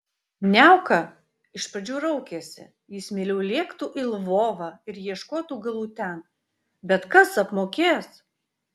niauka iš pradžių raukėsi jis mieliau lėktų į lvovą ir ieškotų galų ten bet kas apmokės